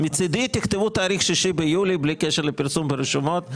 מצדי תכתבו תאריך 6 ביולי בלי קשר לפרסום ברשומות,